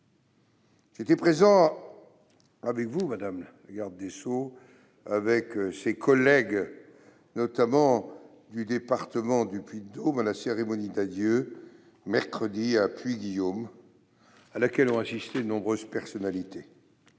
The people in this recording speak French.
J'étais présent, avec vous, madame la garde des sceaux, et avec nos collègues du département du Puy-de-Dôme, à la cérémonie d'adieu organisée mercredi dernier à Puy-Guillaume, à laquelle ont assisté de nombreuses personnalités.